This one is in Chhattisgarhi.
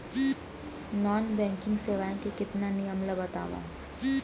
नॉन बैंकिंग सेवाएं के नियम ला बतावव?